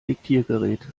diktiergerät